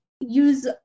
Use